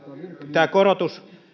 tämä korotus